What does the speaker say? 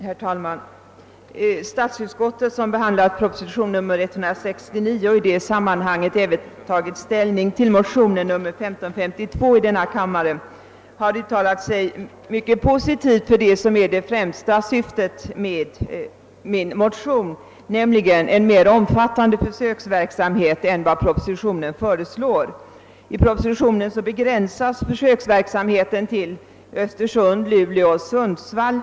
"Herr talman! Statsutskottet, som behandlat propositionen 169 och i det sammanhanget även tagit ställning till den av mig och herr Eriksson i Bäckmora avgivna motionen nr 1552 i denna kammare, har uttalat sig mycket positivt till det som är det främsta syftet med denna motion, nämligen en Nera omfattande försöksverksamhet än vad som föreslås i propositionen. I propositionen begränsas försöksverksamhe ten till Östersund, Luleå och Sundsvall.